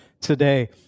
today